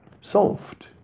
Solved